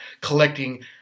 collecting